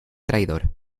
traidor